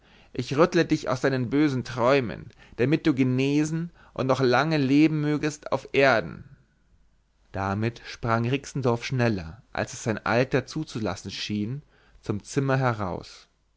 ich rüttle dich auf aus deinen bösen träumen damit du genesen und noch lange leben mögest auf erden damit sprang rixendorf schneller als es sein alter zuzulassen schien zum zimmer heraus